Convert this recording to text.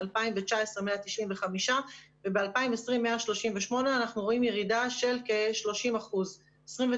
ב-2019 היו 195 מקרים וב-2020 היו 138. אנחנו רואים ירידה של כ-30 אחוזים.